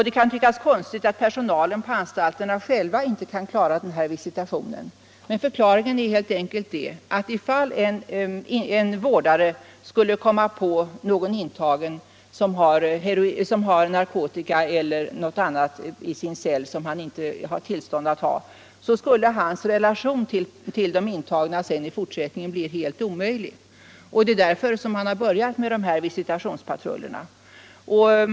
Det kan tyckas konstigt att inte personalen på anstalterna själv kan klara av sådana situationer, men förklaringen är helt enkelt att om en vårdare skulle komma på en intagen med att ha — Nr 117 narkotika i sitt rum — eller något annat som han inte har tillstånd att Onsdagen den ha — så skulle hans relation till de intagna i fortsättningen bli helt omöjlig. 5 maj 1976 Därför har man börjat med dessa visitationspatruller.